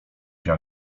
się